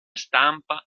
stampa